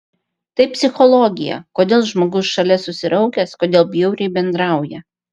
tai psichologija kodėl žmogus šalia susiraukęs kodėl bjauriai bendrauja